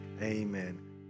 Amen